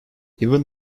even